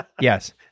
Yes